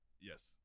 Yes